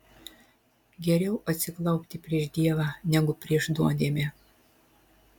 geriau atsiklaupti prieš dievą negu prieš nuodėmę